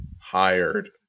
hired